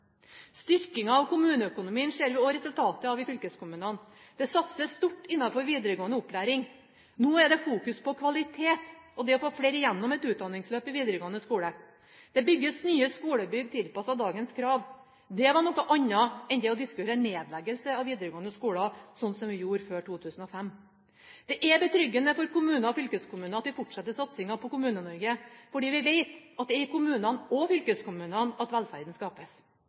Styrkingen av kommuneøkonomien ser vi også resultatet av i fylkeskommunene. Det satses stort innenfor videregående opplæring. Nå er det fokus på kvalitet og det å få flere igjennom et utdanningsløp i videregående skole. Det bygges nye skolebygg tilpasset dagens krav. Det var noe annet enn å diskutere nedleggelse av videregående skoler, slik vi gjorde før 2005. Det er betryggende for kommuner og fylkeskommuner at vi fortsetter satsingen på Kommune-Norge, for vi vet at det er i kommunene og fylkeskommunene at velferden skapes.